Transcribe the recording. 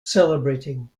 celebrating